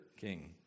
king